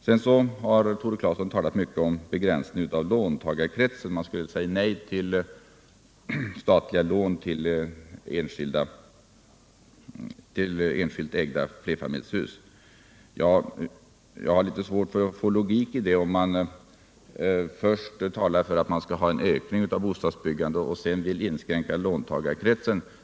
Tore Claeson har talat mycket om en begränsning av låntagarkrotsen: man skulle säga nej till statliga lån till enskilt ägda flerfamiljshus. Jag har litet svårt att få logik i detta. Först talar man för en ökning av bostadsbyggandet, och sedan vill man inskränka låntagarkretsen.